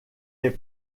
est